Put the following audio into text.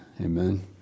Amen